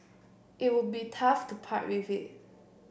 it would be tough to part with it